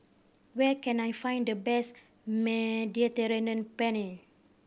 where can I find the best Mediterranean Penne